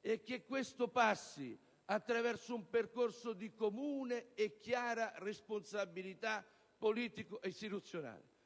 e che questo passi attraverso un percorso di comune e chiara responsabilità politico-istituzionale.